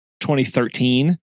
2013